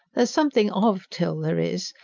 there's something of till there is,